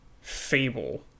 Fable